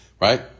right